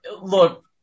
Look